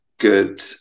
Good